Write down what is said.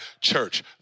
church